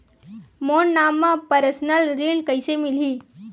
मोर नाम म परसनल ऋण कइसे मिलही?